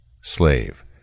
Slave